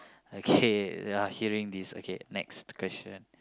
okay you're hearing this okay next question